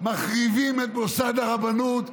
מחריבים את מוסד הרבנות,